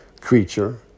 creature